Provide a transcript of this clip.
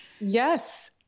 Yes